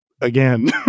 again